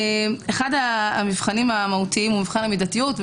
אחד המבחנים המהותיים הוא מבחן המידתיות.